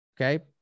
Okay